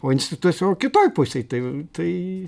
o institutas jo kitoj pusėj tai tai